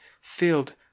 filled